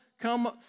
come